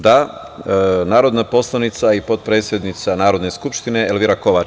Da, narodna poslanica i potpredsednica Narodne skupštine, Elvira Kovač.